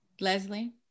Leslie